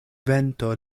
vento